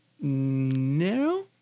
No